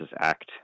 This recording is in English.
Act